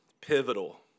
pivotal